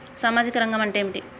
సామాజిక రంగం అంటే ఏమిటి?